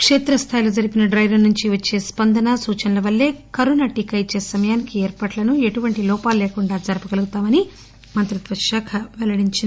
కేత్రస్థాయిలో జరిపిన dry run నుంచి వచ్చే స్సందన సూచనలవల్లే కరుణ టీకా ఇచ్చే సమయానికి ఏర్పట్లను ఎటువంటి లోపాలు లేకుండా జరప కలుపుతామని మంత్రిత్వ శాఖ తెలియజేసింది